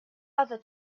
other